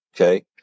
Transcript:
Okay